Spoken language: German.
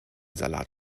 salat